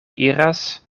iras